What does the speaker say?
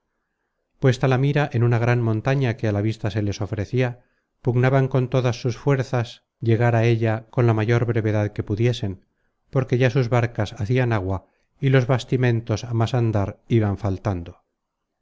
puesta la mira en una gran montaña que a la vista se les ofrecia pugnaban con todas sus fuerzas llegar á ella con la mayor brevedad que pudiesen porque ya sus barcas hacian agua y los bastimentos á más andar iban faltando